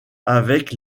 avec